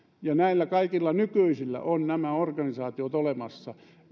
näillä kaikilla nykyisillä on nämä organisaatiot olemassa